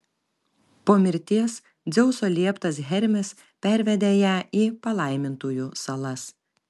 po mirties dzeuso lieptas hermis pervedė ją į palaimintųjų salas